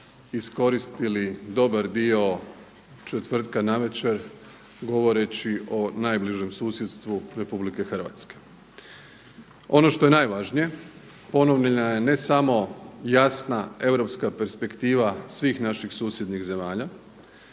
iskoristili dobar dio četvrtka navečer govoreći o najbližem susjedstvu RH. Ono što je najvažnije, ponovljena je ne samo jasna europska perspektiva svih naših susjednih zemalja